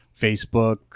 Facebook